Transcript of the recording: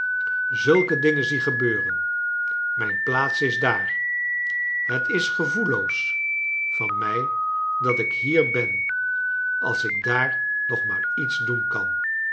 zulke dingen zie gebeuren mijn plaats is daar het is gevoelloos van mij dat ik hier ben als ik daar nog maar iets doen kan